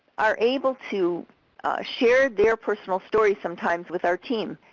are able to share their personal story sometimes with our team,